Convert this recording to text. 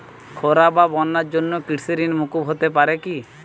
খরা বা বন্যার জন্য কৃষিঋণ মূকুপ হতে পারে কি?